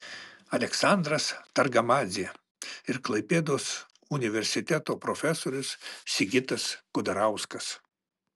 aleksandras targamadzė ir klaipėdos universiteto profesorius sigitas kudarauskas